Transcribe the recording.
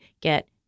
get